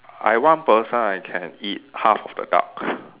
I one person I can eat half of the duck